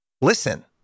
listen